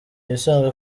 ibisanzwe